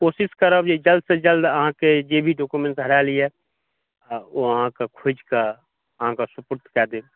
कोशिश करब जे जल्द से जल्द अहाँके जे भी डॉक्यूमेंट हरायल यऽ ओ अहाँके खोजिके अहाँके सुपुर्द कय देब